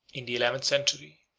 in the eleventh century,